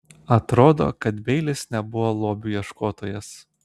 atrodo kad beilis nebuvo lobių ieškotojas